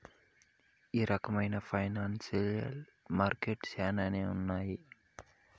ఈ రకమైన ఫైనాన్సియల్ మార్కెట్లు శ్యానానే ఉన్నాయి